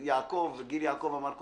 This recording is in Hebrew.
גיל יעקב אמר,